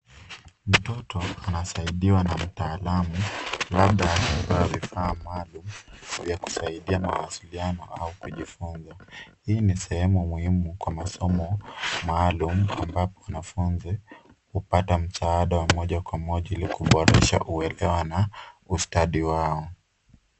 Mtoto anasaidiwa na mtaalamu labda amevaa vifaa maalum ya kusaidia na mawasiliano au kujifunza hii ni sehemu muhimu kwa masomo maalum ambapo wanafunzi hupata msaada wa moja kwa moja ilikuboresha kuelewa na ustadi wao.